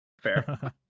Fair